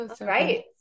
Right